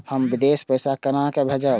हम विदेश पैसा केना भेजबे?